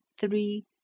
three